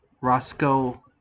Roscoe